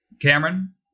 Cameron